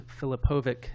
Filipovic